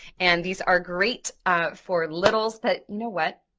and these are great for littles but you know what,